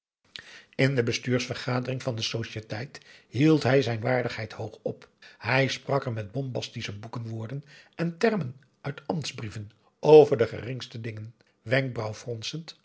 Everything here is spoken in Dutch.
in de bestuursvergadering van de societeit hield hij zijn waardigheid hoog op hij sprak er met bombastische boekenwoorden en termen uit ambtsbrieven over de geringste dingen wenkbrauwfronsend